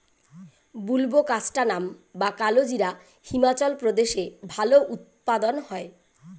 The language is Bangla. বুলবোকাস্ট্যানাম বা কালোজিরা হিমাচল প্রদেশে ভালো উৎপাদন হয়